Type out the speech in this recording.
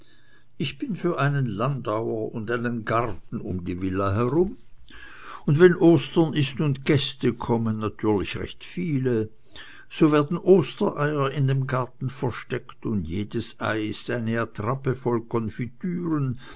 ich bin für einen landauer und einen garten um die villa herum und wenn ostern ist und gäste kommen natürlich recht viele so werden ostereier in dem garten versteckt und jedes ei ist eine attrappe voll konfitüren